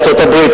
ארצות-הברית,